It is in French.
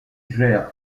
gère